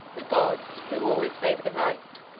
the gods, who always favor the right,